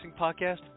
podcast